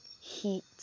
heat